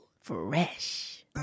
fresh